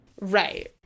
Right